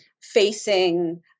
facing